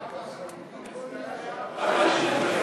לאבא שלו.